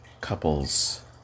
couples